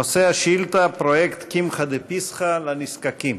נושא השאילתה: פרויקט "קמחא דפסחא" לנזקקים.